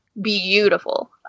beautiful